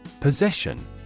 Possession